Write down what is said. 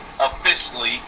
officially